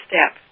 step